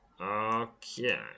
Okay